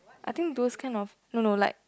I think those kind of no no like